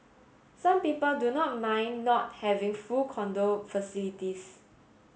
some people do not mind not having full condo facilities